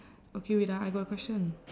okay wait ah I got a question